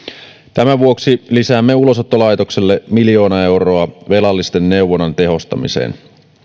tämän vuoksi lisäämme ulosottolaitokselle miljoona euroa velallisten neuvonnan tehostamiseen